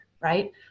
Right